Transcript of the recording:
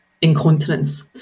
incontinence